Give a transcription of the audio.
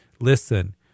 Listen